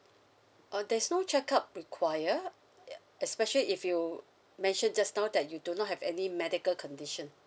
uh there's no check-up require especially if you mention just now that you do not have any medical condition